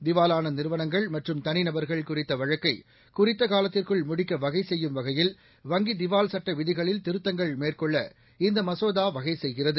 திவாலான நிறுவனங்கள் மற்றும் தனிநபர்கள் குறித்த வழக்கை குறித்த காலத்திற்குள் முடிக்க வகை செய்யும் வகையில் வங்கி திவால் சட்ட விதிகளில் திருத்தங்கள் மேற்கொள்ள இந்த மசோதா வகை செய்கிறது